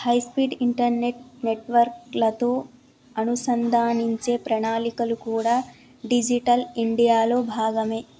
high speed internet నెట్వర్క్లతో అనుసంధానించే ప్రణాళికలు కూడా డిజిటల్ ఇండియాలో భాగమే